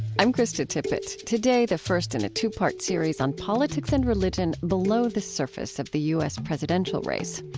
i'm krista tippett. today, the first in a two-part series on politics and religion below the surface of the u s. presidential race.